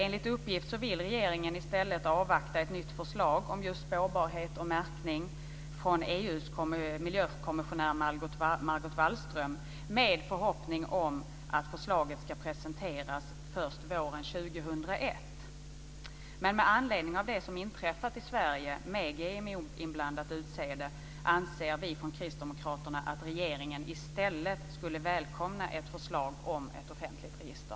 Enligt uppgift vill regeringen i stället avvakta ett nytt förslag om just spårbarhet och märkning från EU:s miljökommissionär Margot Wallström med förhoppning om att förslaget ska presenteras först våren 2001. Men med anledning av det som har inträffat i Sverige med GMO-inblandning i utsäde anser vi från kristdemokraterna att regeringen i stället skulle välkomna ett förslag om ett offentligt register.